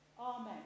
Amen